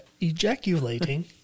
Ejaculating